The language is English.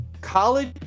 college